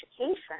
education